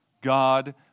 God